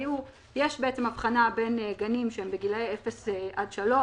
יש בעצם הבחנה בין גנים שהם בגילאי אפס עד שלוש,